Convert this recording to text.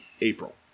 April